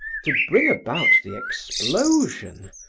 to bring about the explosion,